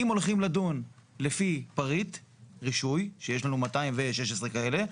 אם הולכים לדון לפי פריט רישוי, שיש לנו 216 כאלה.